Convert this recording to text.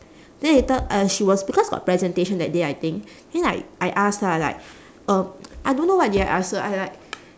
then later uh she was because got presentation that day I think then like I ask lah like um I don't know what did I ask her I like